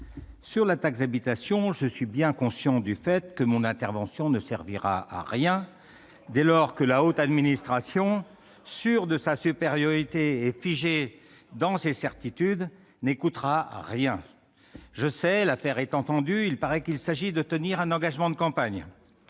la taxe d'habitation, je suis bien conscient que mon intervention ne servira à rien, ... Mais non !... dès lors que la haute administration, sûre de sa supériorité et figée dans ses certitudes, n'écoutera rien ! Alors on s'en va ! Je le sais, l'affaire est entendue, il paraît qu'il s'agit de tenir un engagement de campagne.